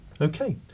Okay